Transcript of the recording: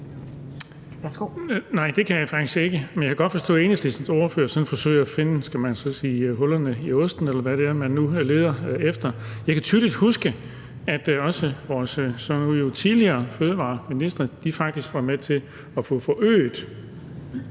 Nej, det kan jeg faktisk ikke, men jeg kan godt forstå, at Enhedslistens ordfører sådan forsøger at finde, skal man sige hullerne i osten, eller hvad det nu er, man leder efter. Jeg kan tydeligt huske, at også vores jo nu tidligere fødevareministre faktisk var med til at få forøget